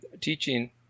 teaching